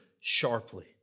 sharply